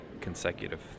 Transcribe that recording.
consecutive